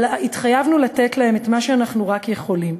התחייבנו לתת להם את מה שאנחנו רק יכולים,